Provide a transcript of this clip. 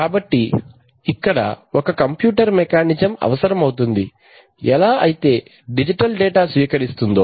కాబట్టి ఇక్కడ ఒక కంప్యూటర్ మెకానిజం అవసరమవుతుంది ఎలా ఐతే డిజిటల్ డేటా స్వీకరిస్తుందో